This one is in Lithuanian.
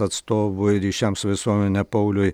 atstovui ryšiams su visuomene pauliui